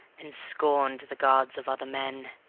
and scorned the gods of other men